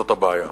וזאת הבעיה.